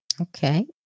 Okay